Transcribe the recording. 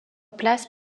places